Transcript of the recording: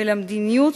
ב-21 ביוני 2009